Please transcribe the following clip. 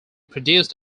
produced